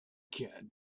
can’t